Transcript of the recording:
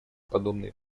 подобные